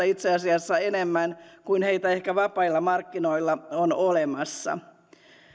itse asiassa enemmän kuin heitä ehkä vapailla markkinoilla on olemassa